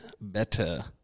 better